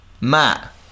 Matt